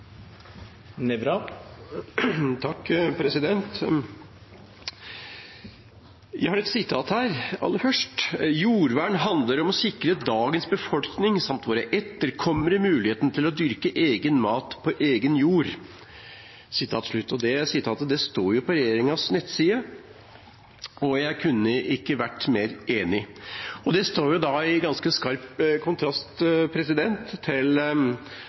et sitat: «Jordvern handler om å sikre dagens befolkning samt våre etterkommere muligheten til å dyrke egen mat på egen jord.» Sitatet står på regjeringens nettside, og jeg kunne ikke vært mer enig. Og det står i ganske skarp kontrast til regjeringspartienes holdning til